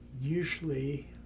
Usually